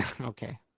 okay